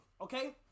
okay